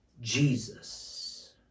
Jesus